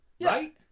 Right